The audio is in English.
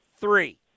three